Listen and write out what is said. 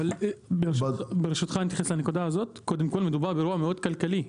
מדובר באירוע מאוד כלכלי.